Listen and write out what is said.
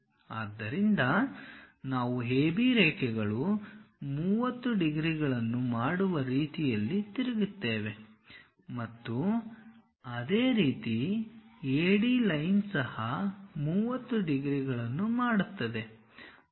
ಆದ್ದರಿಂದ ನಾವು AB ರೇಖೆಗಳು 30 ಡಿಗ್ರಿಗಳನ್ನು ಮಾಡುವ ರೀತಿಯಲ್ಲಿ ತಿರುಗುತ್ತೇವೆ ಮತ್ತು ಅದೇ ರೀತಿ AD ಲೈನ್ ಸಹ 30 ಡಿಗ್ರಿಗಳನ್ನು ಮಾಡುತ್ತದೆ